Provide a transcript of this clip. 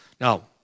Now